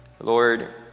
Lord